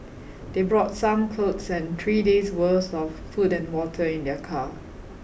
they brought some clothes and three days’ worth of food and water in their car.